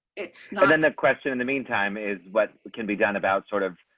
it's a and question. in the meantime, is what can be done about sort of